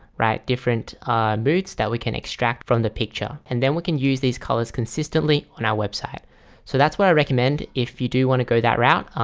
right? different moods that we can extract from the picture and then we can use these colors consistently on our website so that's what i recommend if you do want to go that route,